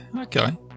Okay